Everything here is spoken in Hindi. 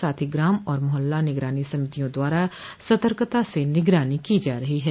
साथ ही ग्राम और मोहल्ला निगरानी समितियों द्वारा सतर्कता से निगरानी की जा रही है